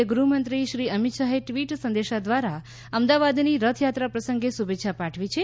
ાય ગૃહમંત્રી શ્રી અમિત શાહે ટ્વીટ સંદેશા દ્વારા અમદાવાદની રથયાત્રા પ્રસંગે શુભેચ્છા પાઠવી છે